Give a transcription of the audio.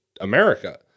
America